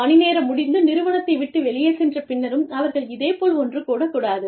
பணி நேரம் முடிந்து நிறுவனத்தை விட்டு வெளியில் சென்ற பின்னரும் அவர்கள் இதேபோல் ஒன்று கூடக் கூடாது